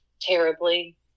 terribly